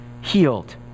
healed